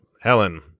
Helen